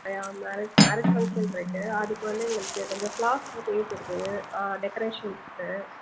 யா marriage function இருக்கு அதுக்கு வந்து எங்களுக்கு வந்து கொஞ்சம் ஃப்ளார்ஸ்லாம் தேவைப்படுது டெக்கரேஷனுக்கு